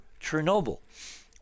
Chernobyl